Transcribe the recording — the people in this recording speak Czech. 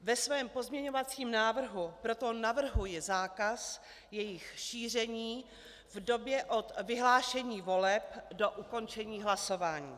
Ve svém pozměňovacím návrhu proto navrhuji zákaz jejich šíření v době od vyhlášení voleb do ukončení hlasování.